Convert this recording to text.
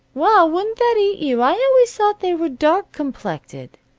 well, wouldn't that eat you! i always thought they was dark complected.